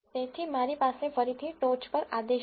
તેથી મારી પાસે ફરીથી ટોચ પર આદેશ છે